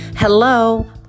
Hello